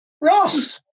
Ross